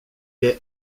est